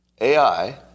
AI